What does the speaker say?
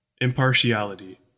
Impartiality